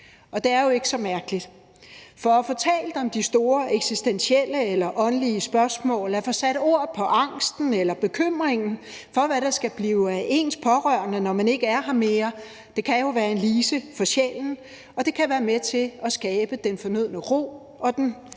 Det er jo ikke så mærkeligt. For at få talt om de store eksistentielle eller åndelige spørgsmål, at få sat ord på angsten eller bekymringen for, hvad der skal blive af ens pårørende, når man ikke er her mere, kan jo være en lise for sjælen, og det kan være med til at skabe den fornødne ro og den